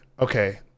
Okay